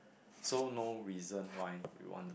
so no reason why you want